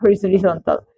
horizontal